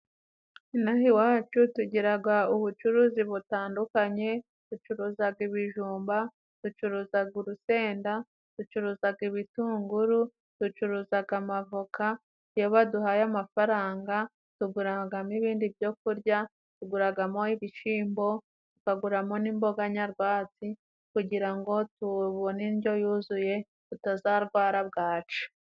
Inaha iwacu tugiraga ubucuruzi butandukanye. Ducuruzaga ibijumba, ducuruzaga urusenda, ducuruzaga ibitunguru, ducuruzaga amavoka. Iyo baduhaye amafaranga tuguragamo ibindi byo kurya, tuguragamo ibishimbo, tukaguramo n'imboga nyarwatsi kugira ngo tubone indyo yuzuye tutazarwara bwaci.